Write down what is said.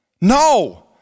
No